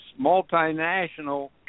multinational